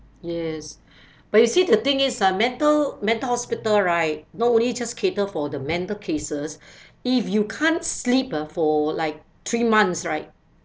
yes but you see the thing is ah mental mental hospital right not only just cater for the mental cases if you can't sleep ah for like three months right